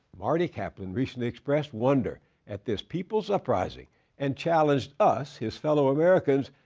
marty kaplan recently expressed wonder at this people's uprising and challenged us, his fellow americans,